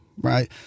Right